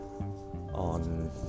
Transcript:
on